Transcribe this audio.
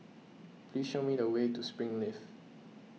please show me the way to Springleaf